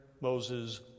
Moses